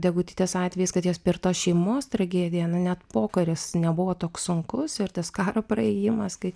degutytės atvejis kad jos per tos šeimos tragediją net pokaris nebuvo toks sunkus ir tas karo praėjimas kai